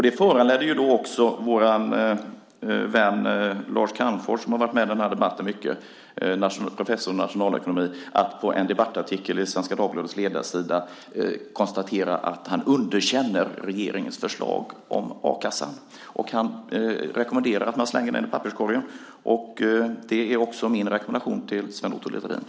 Det har också föranlett vår vän Lars Calmfors, professorn i nationalekonomi, som har förekommit ofta i den här debatten, att i en debattartikel på Svenska Dagbladets ledarsida konstatera att han underkänner regeringens förslag om a-kassan. Han rekommenderar att man slänger det i papperskorgen, och det är också min rekommendation till Sven Otto Littorin.